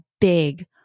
big